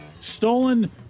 stolen